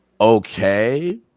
Okay